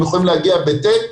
הם יכולים להגיע ב-ט',